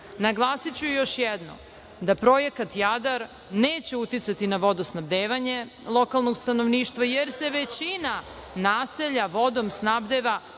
prerade. Naglasiću još jednom da projekat „Jadar“ neće uticati na vodosnabdevanje lokalnog stanovništva, jer se većina naselja vodom snabdeva